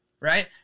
Right